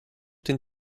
den